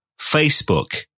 Facebook